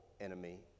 enemy